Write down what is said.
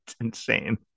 insane